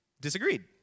disagreed